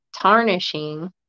tarnishing